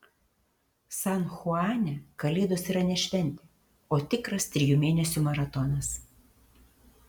san chuane kalėdos yra ne šventė o tikras trijų mėnesių maratonas